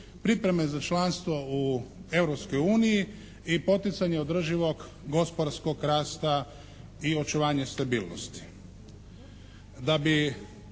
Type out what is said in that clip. pripreme za članstvo u Europskoj uniji i poticanje održivog gospodarskog rasta i očuvanje stabilnosti.